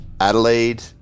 Adelaide